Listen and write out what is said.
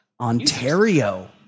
Ontario